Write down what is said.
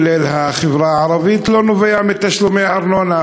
ובכלל זה בחברה הערבית, לא נובע מתשלומי ארנונה.